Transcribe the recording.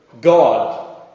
God